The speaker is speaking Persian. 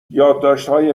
یادداشتهای